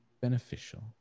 beneficial